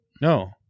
No